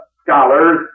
scholars